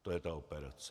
To je ta operace.